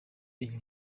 iyi